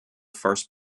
first